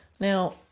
Now